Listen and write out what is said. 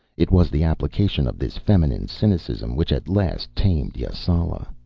it was the application of this feminine cynicism which at last tamed yasala.